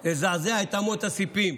לזעזע את אמות הסיפים.